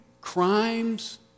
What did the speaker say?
crimes